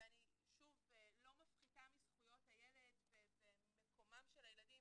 אני לא מפחיתה מזכויות הילד וממקומם של הילדים.